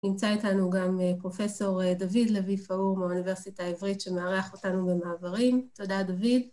נמצא איתנו גם פרופסור דוד לוי פאור מאוניברסיטה העברית שמארח אותנו במעברים, תודה דוד.